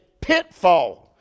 pitfall